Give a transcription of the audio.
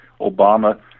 Obama